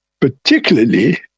particularly